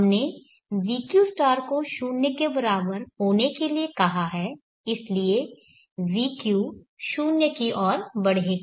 हमने vq को 0 के बराबर होने के लिए कहा है इसलिए vq 0 की ओर बढ़ेगा